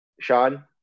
sean